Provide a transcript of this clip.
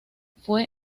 fue